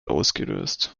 ausgelöst